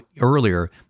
earlier